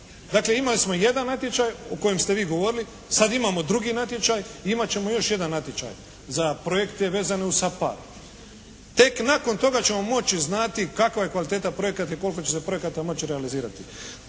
Dakle imali smo jedan natječaj o kojem ste vi govorili. Sad imamo drugi natječaj i imat ćemo još jedan natječaj za projekte vezane uz «SAPHARD». Tek nakon toga ćemo moći znati kakva je kvaliteta projekata i koliko će se projekata moći realizirati.